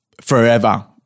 forever